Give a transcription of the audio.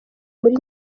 muri